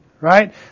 Right